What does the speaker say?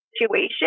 situation